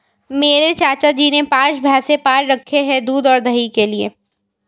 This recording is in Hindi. मेरे चाचा जी ने पांच भैंसे पाल रखे हैं दूध और दही के लिए